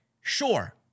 Sure